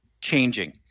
changing